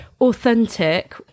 authentic